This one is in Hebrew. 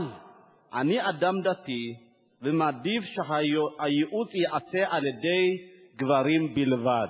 אבל אני אדם דתי ומעדיף שהייעוץ ייעשה על-ידי גברים בלבד.